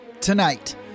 Tonight